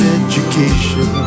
education